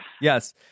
Yes